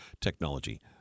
technology